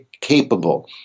capable